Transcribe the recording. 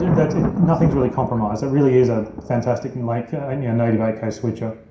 that it, nothing's really compromised. it really is a fantastic and like i mean yeah native eight k switcher.